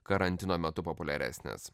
karantino metu populiaresnis